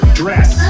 dress